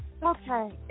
Okay